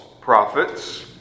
prophets